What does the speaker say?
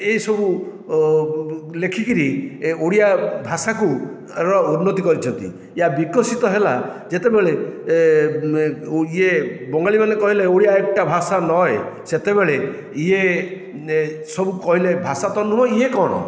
ଏହିସବୁ ଲେଖିକିରି ଏ ଓଡ଼ିଆ ଭାଷା କୁ ର ଉନ୍ନତି କରିଛନ୍ତି ଏହା ବିକଶିତ ହେଲା ଯେତେବେଳେ ଇଏ ବଙ୍ଗାଳିମାନେ କହିଲେ ଓଡ଼ିଆ ଏକ୍ଟା ଭାଷା ନୋଏ ସେତେବେଳେ ଇଏ ସବୁ କହିଲେ ଭାଷା ତ ନୁହେଁ ଇଏ କଣ